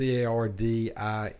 Cardi